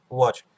watch